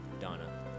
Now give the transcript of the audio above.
Donna